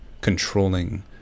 controlling